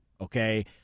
okay